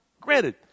granted